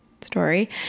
story